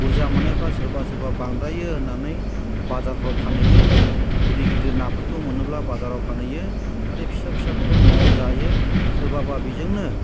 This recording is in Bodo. बुरजा मोननायफ्रा सोरबा सोरबा बांद्रायो होननानै बाजारफ्राव फानहैयो गिदिर गिदिर नाफोरखौ मोनोब्ला बाजाराव फानहैयो आरो फिसा फिसाफोरखौ न'आव जायो सोरबाबा बिजोंनो